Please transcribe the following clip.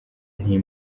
nti